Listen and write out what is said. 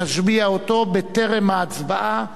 נשביע אותו בטרם ההצבעה,